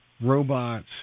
robots